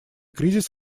кризис